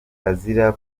azira